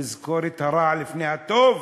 לזכור את הרע לפני הטוב,